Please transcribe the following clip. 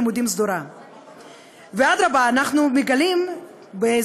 ולא בראייה מרחבית מחייבת,